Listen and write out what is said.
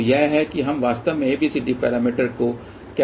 तो यह है कि हम वास्तव में ABCD पैरामीटर को कैसे परिभाषित कर सकते हैं